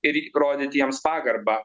ir rodyti jiems pagarbą